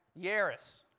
Yaris